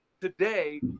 today